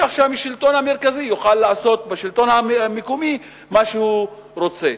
כך שהשלטון המרכזי יוכל לעשות בשלטון המקומי מה שהוא רוצה.